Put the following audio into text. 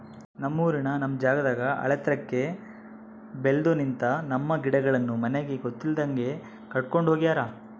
ನಮ್ಮೂರಿನ ನಮ್ ಜಾಗದಾಗ ಆಳೆತ್ರಕ್ಕೆ ಬೆಲ್ದು ನಿಂತ, ನಮ್ಮ ಗಿಡಗಳನ್ನು ನಮಗೆ ಗೊತ್ತಿಲ್ದಂಗೆ ಕಡ್ಕೊಂಡ್ ಹೋಗ್ಯಾರ